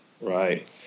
Right